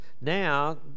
now